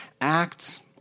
acts